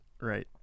right